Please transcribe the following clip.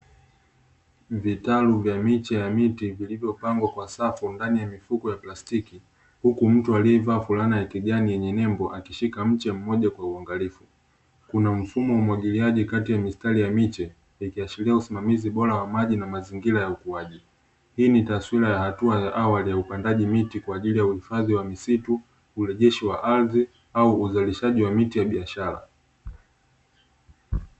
Vitalu vya miche ya miti vilivyopagwa jwa safu ndani ya mifuko ya plastiki, huku mtu alievaa fulana ya kijani, yenye nembo akishika mche mmoja kwa uangalifu, kuna mfumo wa umwagiliaji kati ya mistariya miche, ikiashiria usimamizi bora wa maji na mazingira ya ukuaji .hii nitaswira ya hatua ya awali upandaji miti kwaajili ya uhifadhi wa misitu, urejesho wa ardhi au uzalishwaji wa miti ya biashara.